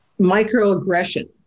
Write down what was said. microaggression